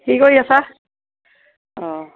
কি কৰি আছা অঁ